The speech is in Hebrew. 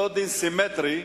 סימטרי,